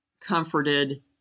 comforted